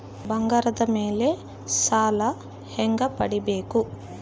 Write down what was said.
ಬಂಗಾರದ ಮೇಲೆ ಸಾಲ ಹೆಂಗ ಪಡಿಬೇಕು?